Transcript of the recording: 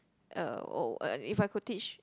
uh if I could teach